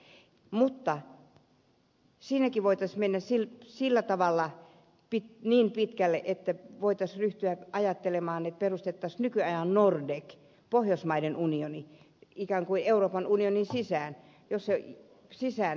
mutta siinäkin voitaisiin mennä sillä tavalla niin pitkälle että voitaisiin ryhtyä ajattelemaan että perustettaisiin nykyajan nordek pohjoismaiden unioni ikään kuin euroopan unionin sisään